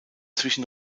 zwischen